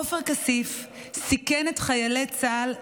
עופר כסיף סיכן את חיילי צה"ל,